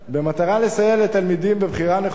במטרה לסייע לתלמידים בבחירה נכונה